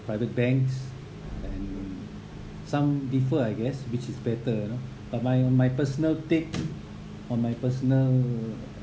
private banks and some differ I guess which is better but my my personal take on my personal